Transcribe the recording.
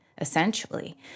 essentially